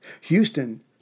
Houston